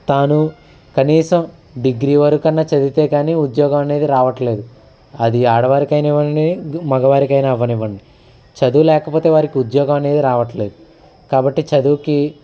తాను కనీసం డిగ్రీ వరకు అన్న చదివితే కానీ ఉద్యోగం అనేది రావట్లేదు అది ఆడవారికైనా అవ్వనివ్వండి మగవారికైనా అవ్వనివ్వండి చదువు లేకపోతే వారికి ఉద్యోగం అనేది రావట్లేదు కాబట్టి చదువుకి